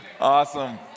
Awesome